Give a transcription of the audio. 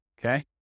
Okay